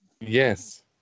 yes